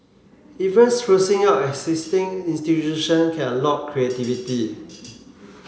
even sprucing up existing institution can unlock creativity